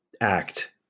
act